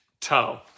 toe